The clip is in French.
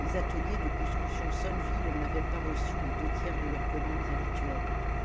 les ateliers de construction sonneville n'avaient pas reçu les deux tiers de leurs commandes habituelles